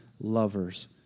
lovers